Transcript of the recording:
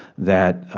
that